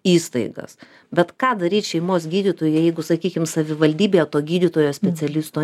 įstaigas bet ką daryt šeimos gydytojui jeigu sakykim savivaldybėje to gydytojo specialisto